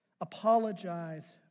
apologize